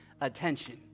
Attention